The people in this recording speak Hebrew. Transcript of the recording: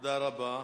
תודה רבה.